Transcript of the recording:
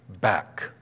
back